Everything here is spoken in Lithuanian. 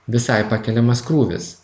visai pakeliamas krūvis